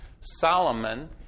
Solomon